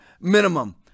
minimum